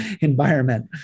environment